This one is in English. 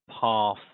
path